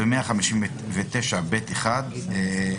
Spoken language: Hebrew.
בתקנה 159ב1,